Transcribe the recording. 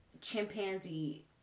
chimpanzee